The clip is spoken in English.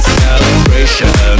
celebration